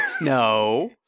no